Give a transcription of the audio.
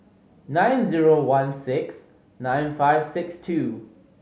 nine zero one six nine five six two